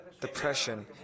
depression